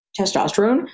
testosterone